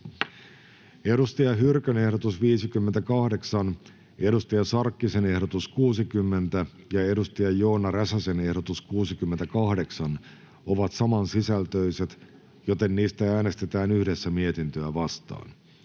Saara Hyrkön ehdotus 63, Hanna Sarkkisen ehdotus 64 ja Joona Räsäsen ehdotus 67 ovat samansisältöiset, joten niistä äänestetään yhdessä mietintöä vastaan.